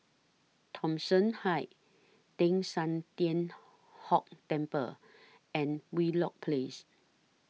Thomson Heights Teng San Tian Hock Temple and Wheelock Place